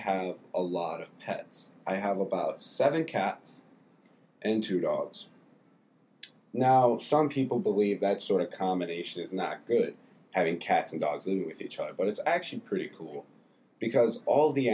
have a lot of pets i have about seven cats and two dogs now and some people believe that sort of combination is not good having cats and dogs and with each other but it's actually pretty cool because all the